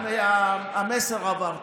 המסר עבר.